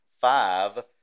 five